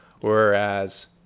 Whereas